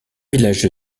village